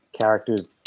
characters